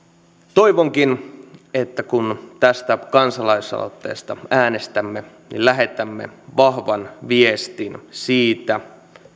toivonkin että kun tästä kansalaisaloitteesta äänestämme niin lähetämme vahvan viestin siitä